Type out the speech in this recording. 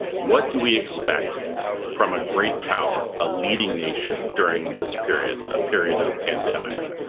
what do we expect from a great power, a leading nation, during this period, a period of pandemic?